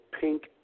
pink